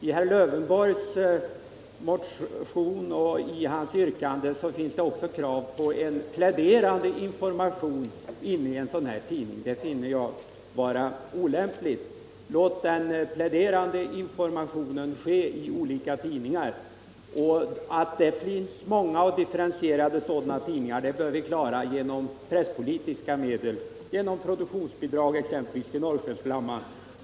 I vpk:s motion ingår också krav på en pläderande information i den nya tidningen. Det finner jag olämpligt. Låt den pläderande informationen kanaliseras via andra tidningar! Ett stort och differentierat utbud av sådana bör vi säkerställa genom presspolitiska medel, genom produktionsbidrag exempelvis till Norrskensflamman.